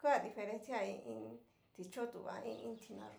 kea diferencial i iin ti'chutu a iin tina yó.